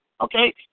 okay